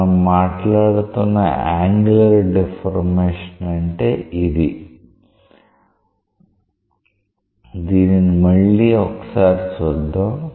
మనం మాట్లాడుతున్న angular deformation అంటే ఇది దీనిని మళ్ళీ ఒకసారి చూద్దాం